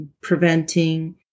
preventing